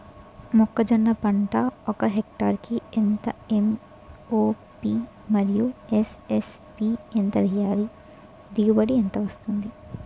మొక్కజొన్న పంట ఒక హెక్టార్ కి ఎంత ఎం.ఓ.పి మరియు ఎస్.ఎస్.పి ఎంత వేయాలి? దిగుబడి ఎంత వస్తుంది?